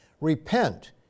Repent